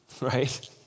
right